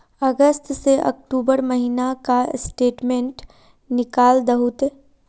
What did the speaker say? अगस्त से अक्टूबर महीना का स्टेटमेंट निकाल दहु ते?